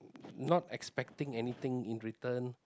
not expecting anything in return